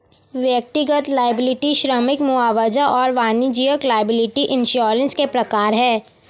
व्यक्तिगत लॉयबिलटी श्रमिक मुआवजा और वाणिज्यिक लॉयबिलटी इंश्योरेंस के प्रकार हैं